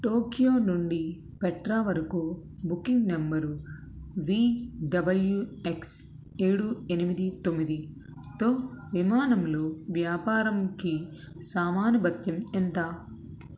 Tokyo నుండి Petra వరకు booking number V W X ఏడు ఎనిమిది తొమ్మిది తో విమానంలో వ్యాపారంకి సామాను భత్యం ఎంత